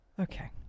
Okay